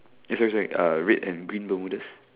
eh sorry sorry uh red and green Bermudas